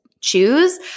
choose